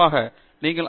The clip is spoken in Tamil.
பேராசிரியர் அருண் கே